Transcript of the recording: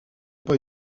pas